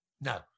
no